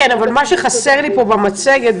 מה שחסר לי במצגת,